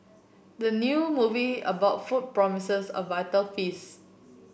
the new movie about food promises a vital feast